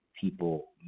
people